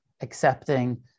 accepting